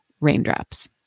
raindrops